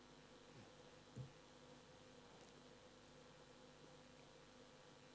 ההצעה להעביר את הנושא לוועדה שתקבע